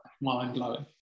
mind-blowing